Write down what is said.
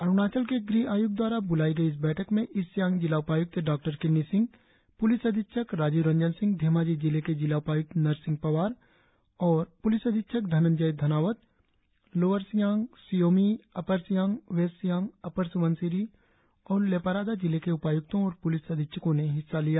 अरुणाचल के गृह आयुक्त द्वारा बुलाई गई इस बैठक में ईस्ट सियांग जिला उपायुक्त डॉकिन्नी सिंह प्लिस अधीक्षक राजीव रंजन सिंह धेमाजी जिले के जिला उपायुक्त नरसिंग पवार और पुलिस अधीक्षक Dhananjay Dhanawat Lower Siang Shi Yomi Upper Siang West Siang Upper Subansiri और लेपारादा जिले के उपायुक्तों और पुलिस अधिक्षकों ने हिस्सा लिया